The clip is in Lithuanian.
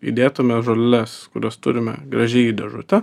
įdėtume žoleles kurias turime gražiai į dėžutę